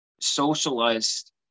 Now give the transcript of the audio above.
socialized